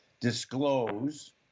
disclose